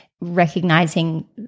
recognizing